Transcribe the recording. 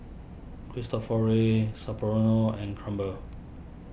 Cristofori Sapporo No and Crumpler